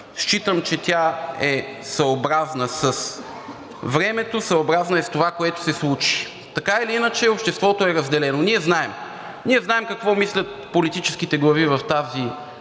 Считам, че тя е съобразна с времето и с това, което се случи, а така или иначе обществото е разделено. Ние знаем какво мислят политическите глави в тази